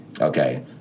Okay